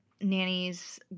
nannies